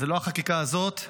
זו לא החקיקה הזאת,